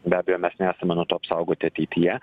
be abejo mes nesame nuo to apsaugoti ateityje